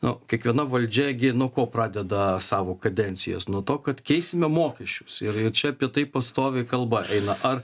na kiekviena valdžia gi nuo ko pradeda savo kadencijas nuo to kad keisime mokesčius ir ir čia apie tai pastoviai kalba eina ar